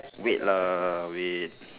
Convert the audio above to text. wait lah wait